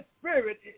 Spirit